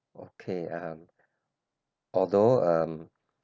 okay um although um